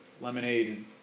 lemonade